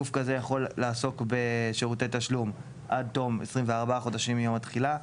גוף כזה יכול לעסוק בשירותי תשלום עד תום 24 חודשים מיום התחילה,